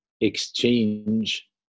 exchange